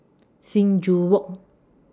Sing Joo Walk